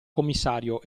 commissario